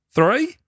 Three